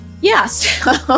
Yes